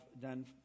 done